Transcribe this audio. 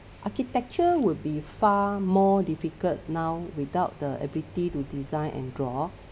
architecture will be far more difficult now without the ability to design and draw